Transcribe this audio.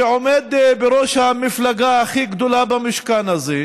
שעומד בראש המפלגה הכי גדולה במשכן הזה,